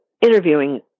interviewing